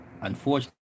Unfortunately